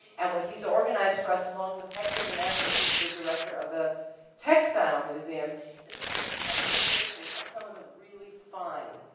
and what he's organized for us along with hector meneses who's the director of the textile museum is a kind of demonstration of some of the really fine,